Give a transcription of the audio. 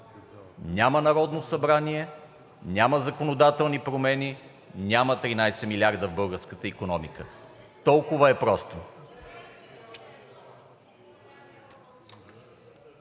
Няма Народно събрание, няма законодателни промени, няма 13 милиарда в българската икономика – толкова е просто.